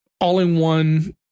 all-in-one